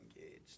engaged